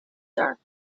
dark